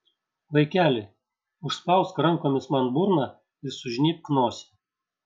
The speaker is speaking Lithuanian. vaikeli užspausk rankomis man burną ir sužnybk nosį